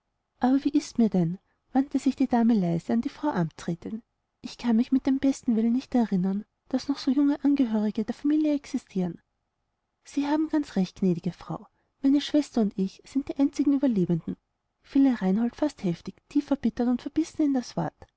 aber wie ist mir denn wandte sich die dame leise an die frau amtsrätin ich kann mich mit dem besten willen nicht erinnern daß noch so junge angehörige der familie existieren sie haben ganz recht gnädige frau meine schwester und ich sind die einzigen ueberlebenden fiel ihr reinhold fast heftig tief erbittert und verbissen in das wort